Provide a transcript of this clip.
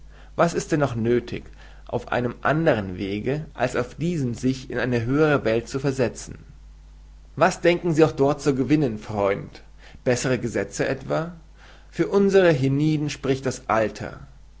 was ist es denn noch nöthig auf einem andern wege als auf diesem sich in eine höhere welt zu versetzen was denken sie auch dort zu gewinnen freund bessere gesetze etwa für unsere hienieden spricht das alter